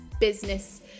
business